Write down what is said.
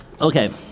Okay